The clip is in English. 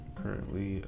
currently